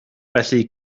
felly